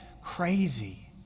crazy